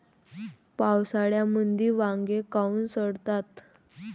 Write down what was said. पावसाळ्यामंदी वांगे काऊन सडतात?